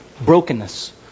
brokenness